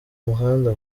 muhanda